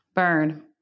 Burn